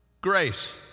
grace